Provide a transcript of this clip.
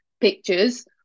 pictures